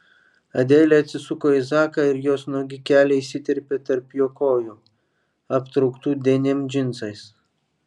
adelė atsisuko į zaką ir jos nuogi keliai įsiterpė tarp jo kojų aptrauktų denim džinsais